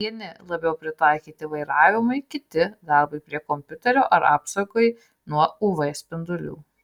vieni labiau pritaikyti vairavimui kiti darbui prie kompiuterio ar apsaugai nuo uv spindulių